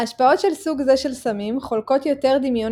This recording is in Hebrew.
ההשפעות של סוג זה של סמים חולקות יותר דמיון